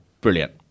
brilliant